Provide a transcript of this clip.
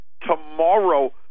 Tomorrow